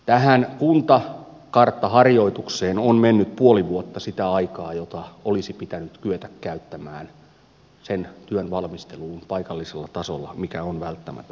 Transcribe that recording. tähän kuntakarttaharjoitukseen on mennyt puoli vuotta sitä aikaa jota olisi pitänyt kyetä käyttämään sen työn valmisteluun paikallisella tasolla mikä on välttämätöntä jatkossa